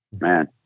man